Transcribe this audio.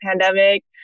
pandemic